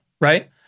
Right